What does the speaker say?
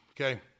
Okay